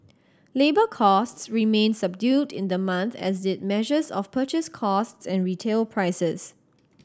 labour costs remained subdued in the month as did measures of purchase costs and retail prices